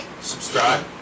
subscribe